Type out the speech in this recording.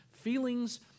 feelings